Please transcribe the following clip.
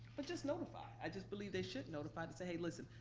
but just notify, i just believe they should notify to say, hey, listen,